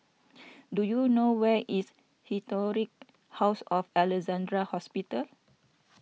do you know where is Historic House of Alexandra Hospital